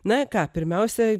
na ką pirmiausia